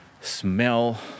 Smell